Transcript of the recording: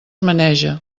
menege